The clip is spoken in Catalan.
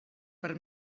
per